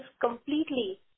completely